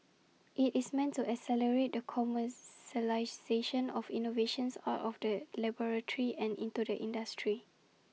IT is meant to accelerate the commercialisation of innovations out of the laboratory and into the industry